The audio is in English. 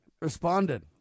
responded